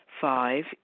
Five